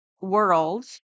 world